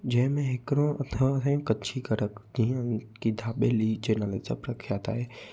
जंहिंमें हिकिड़ो अथा आहे कच्छी कड़क जीअं की दाबेली जे नाले सां प्रखियात आहे